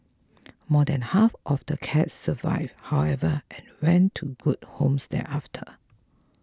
more than half of the cats survived however and went to good homes thereafter